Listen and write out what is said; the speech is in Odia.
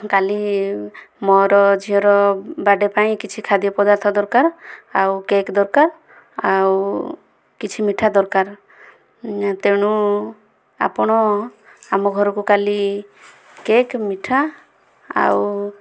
କାଲି ମୋ'ର ଝିଅର ବାର୍ଥ୍ଡେ ପାଇଁ କିଛି ଖାଦ୍ୟପଦାର୍ଥ ଦରକାର ଆଉ କେକ୍ ଦରକାର ଆଉ କିଛି ମିଠା ଦରକାର ତେଣୁ ଆପଣ ଆମ ଘରକୁ କାଲି କେକ୍ ମିଠା ଆଉ